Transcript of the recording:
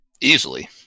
Easily